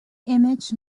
image